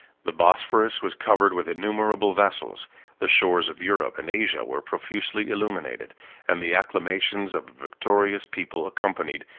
the bosphorus was covered with innumerable vessels the shores of europe and asia were profusely illuminated and the acclamations of a victorious people accompanied,